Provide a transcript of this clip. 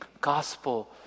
gospel